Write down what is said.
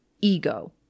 ego